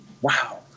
Wow